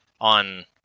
on